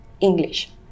English